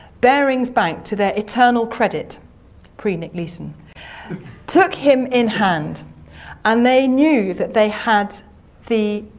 barings bank to their eternal credit pre-nick leeson took him in hand and they knew that they had the.